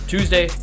Tuesday